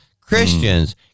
Christians